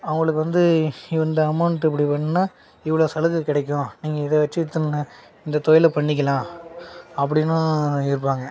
அவங்களுக்கு வந்து இந்த அமௌண்ட் இப்படி பண்ணுனால் இவ்வளோ சலுகை கிடைக்கும் நீங்கள் இதை வச்சு இத்தனை இந்த தொழிலை பண்ணிக்கலாம் அப்படின்னும் இருப்பாங்கள்